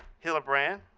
hillebrand,